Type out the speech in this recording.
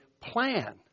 plan